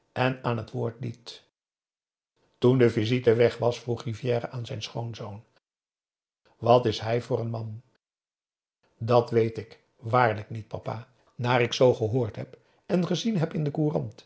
en aan het woord liet toen de visite weg was vroeg rivière aan zijn schoonzoon wat is hij voor n man dat weet ik waarlijk niet papa naar ik zoo gehoord heb en gezien heb in de